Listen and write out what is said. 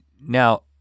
now